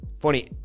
Funny